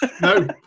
No